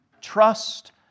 Trust